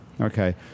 Okay